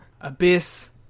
Abyss